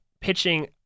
pitching